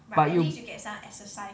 but you